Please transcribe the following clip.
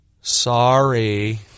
Sorry